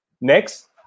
Next